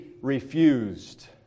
refused